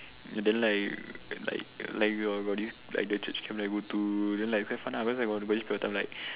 and then like like like got this like the church camp I go to then quite fun lah cause I got this